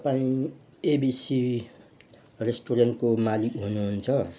तपाईँ एबिसी रेस्टुरेन्टको मालिक हुनुहुन्छ